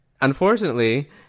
unfortunately